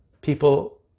people